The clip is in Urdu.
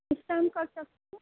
کس ٹائم کر سکتی ہوں